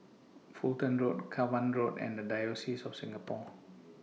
Fulton Road Cavan Road and The Diocese of Singapore